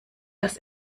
dass